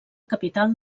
capital